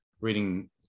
reading